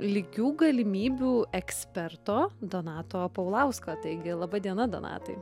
lygių galimybių eksperto donato paulausko taigi laba diena donatai